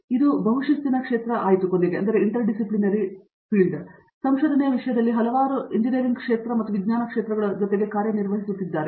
ಈಗ ಇದು ಬಹು ಶಿಸ್ತಿನ ಕ್ಷೇತ್ರ ಆಯಿತು ಅಲ್ಲಿ ಸಂಶೋಧನೆಯ ವಿಷಯದಲ್ಲಿ ಹಲವಾರು ಕ್ಷೇತ್ರಗಳ ಎಂಜಿನಿಯರಿಂಗ್ ಮತ್ತು ವಿಜ್ಞಾನಗಳ ಜೊತೆ ಕಾರ್ಯನಿರ್ವಹಿಸುತ್ತಿದೆ